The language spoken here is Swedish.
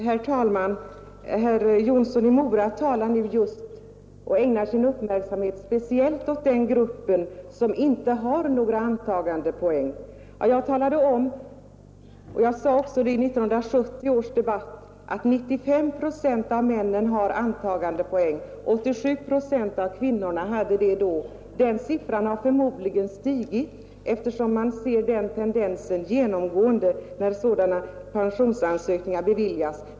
Herr talman! Herr Jonsson i Mora ägnar nu sin uppmärksamhet speciellt åt den grupp som inte har några antagandepoäng. Jag talade om vad jag nämnde redan i 1970 års debatt, nämligen att 95 procent av männen hade antagandepoäng det året och 87 procent av kvinnorna; den siffran har förmodligen stigit, eftersom man ser den tendensen genomgående när sådana pensionsansökningar beviljas.